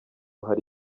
hari